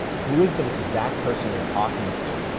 who is the exact person you're talking to?